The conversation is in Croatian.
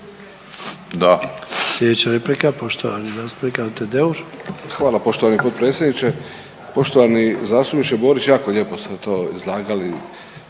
Da.